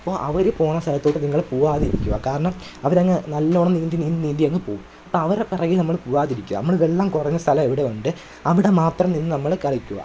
അപ്പോൾ അവർ പോകുന്ന സ്ഥലത്തേക്ക് നിങ്ങൾ പോവാതിരിക്കുക കാരണം അവർ അങ്ങ് നല്ലോണം നീന്തി നീന്തി നീന്തിയങ്ങ് പോവും അപ്പം അവരെ പിറകേ നമ്മൾ പോവാതിരിക്കുക നമ്മൾ വെള്ളം കുറഞ്ഞ സ്ഥലം എവിടെയുണ്ട് അവിടെ മാത്രം നിന്ന് നമ്മൾ കളിക്കുക